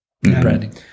branding